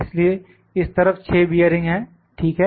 इसलिए इस तरफ 6 बियरिंग हैं ठीक है